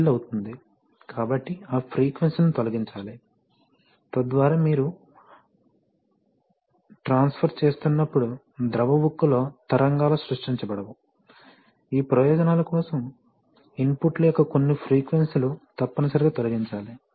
కాబట్టి ఆ ఫ్రీక్వెన్సీ లని తొలగించాలి తద్వారా మీరు ట్రాన్స్ఫర్ చేస్తున్నప్పుడు ద్రవ ఉక్కు లో తరంగాలు సృష్టించబడవు ఈ ప్రయోజనాల కోసం ఇన్పుట్ల యొక్క కొన్ని ఫ్రీక్వెన్సీ లు తప్పనిసరిగా తొలగించాలి